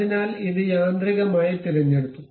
അതിനാൽ ഇത് യാന്ത്രികമായി തിരഞ്ഞെടുത്തു